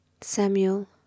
Samuel